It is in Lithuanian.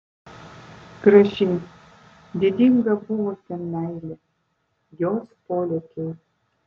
graži didinga buvo ten meilė jos polėkiai